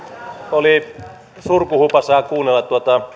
oli surkuhupaisaa kuunnella